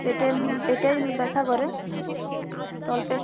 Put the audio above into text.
পেটে পেটে ব্যথা করে তলপেট